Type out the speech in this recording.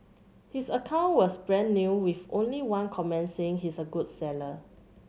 his account was brand new with only one comment saying he's a good seller